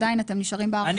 עדיין אתם נשארים בהערכה זו?